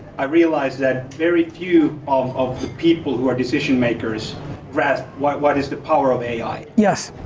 i realized that very few of of the people who are decision makers grasped what what is the power of ai. yes.